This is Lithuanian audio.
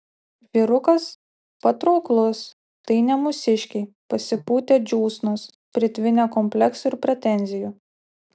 vyrukas patrauklus tai ne mūsiškiai pasipūtę džiūsnos pritvinkę kompleksų ir pretenzijų